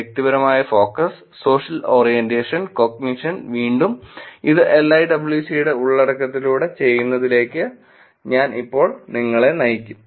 വ്യക്തിപരമായ focus social orientation cognition വീണ്ടും ഇത് LIWC ഉള്ളടക്കത്തിലൂടെ ചെയ്യുന്നതിലേക്കു ഞാൻ ഇപ്പോൾ നിങ്ങളെ നയിക്കും